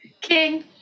king